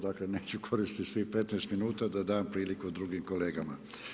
Dakle, neću koristiti svih 15 minuta da dam priliku drugim kolegama.